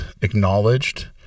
acknowledged